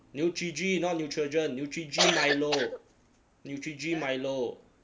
neutri g not neutrogen neutri g milo